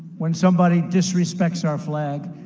when somebody disrespects our flag,